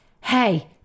Hey